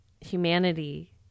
humanity